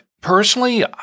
personally